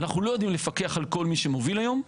אנחנו לא יודעים לפקח על כל מי שמוביל היום.